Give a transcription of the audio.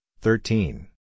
thirteen